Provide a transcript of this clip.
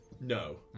No